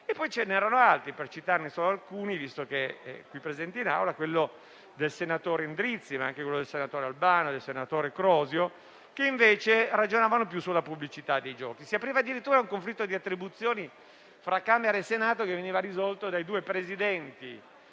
Ve ne erano altri. Per citarne solo alcuni, quello del senatore Endrizzi, che è presente in Aula, ma anche quelli della senatrice Albano e del senatore Crosio, che invece ragionavano più sulla pubblicità dei giochi. Si apriva addirittura un conflitto di attribuzioni tra Camera e Senato, che veniva risolto dai due Presidenti